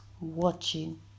watching